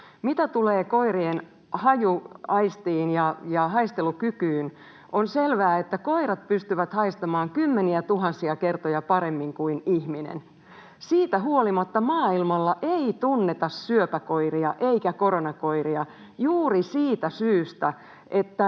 Mitä tulee koirien hajuaistiin ja haistelukykyyn, on selvää, että koirat pystyvät haistamaan kymmeniä tuhansia kertoja paremmin kuin ihminen. Siitä huolimatta maailmalla ei tunneta syöpäkoiria eikä koronakoiria juuri siitä syystä, että